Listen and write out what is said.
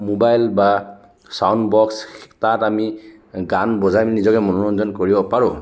mobile বা চাউন box তাত আমি গান বজাই মেলি নিজকে মনোৰঞ্জন কৰিব পাৰোঁ